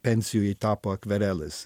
pensijoj tapo atkvareles